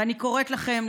ואני קוראת לכם,